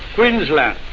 queensland.